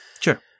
Sure